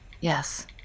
Yes